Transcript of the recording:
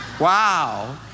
Wow